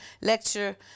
lecture